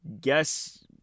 guess